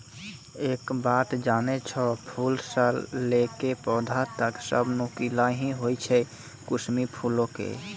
एक बात जानै छौ, फूल स लैकॅ पौधा तक सब नुकीला हीं होय छै कुसमी फूलो के